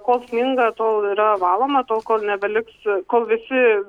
kol sninga tol yra valoma tol kol nebeliks kol visi